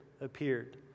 appeared